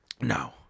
No